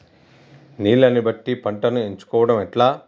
నీళ్లని బట్టి పంటను ఎంచుకోవడం ఎట్లా?